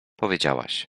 powiedziałaś